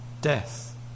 death